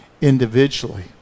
individually